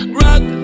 rock